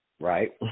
right